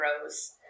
grows